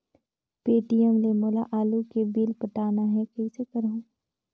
Paytm ले मोला आलू के बिल पटाना हे, कइसे करहुँ?